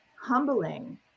humbling